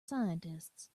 scientists